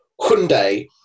Hyundai